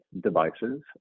devices